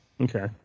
Okay